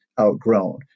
outgrown